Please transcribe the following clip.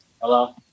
Hello